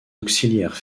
auxiliaires